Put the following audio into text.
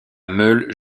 meule